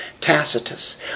Tacitus